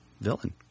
villain